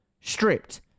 stripped